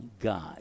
God